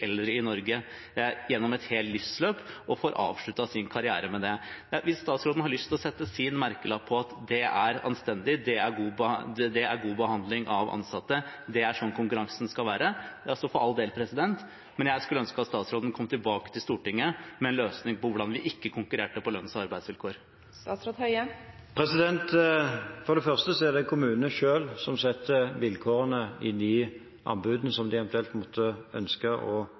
eldre i Norge gjennom et helt livsløp, og som får avsluttet sin karriere med det? Hvis statsråden har lyst til å sette sin merkelapp på at det er anstendig, det er god behandling av ansatte, det er slik konkurransen skal være, for all del – men jeg skulle ønske at statsråden ville komme tilbake til Stortinget med en løsning på hvordan vi ikke konkurrerer på lønns- og arbeidsvilkår. For det første er det kommunene selv som setter vilkårene i de anbudene som de eventuelt måtte ønske å